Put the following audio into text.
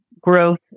growth